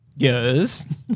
Yes